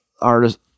artist